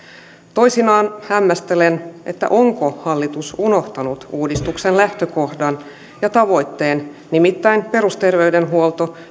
toisinaan hämmästelen onko hallitus unohtanut uudistuksen lähtökohdan ja tavoitteen nimittäin perusterveydenhuollon